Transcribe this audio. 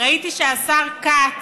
ראיתי שהשר כץ,